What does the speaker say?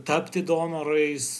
tapti donorais